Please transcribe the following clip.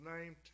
named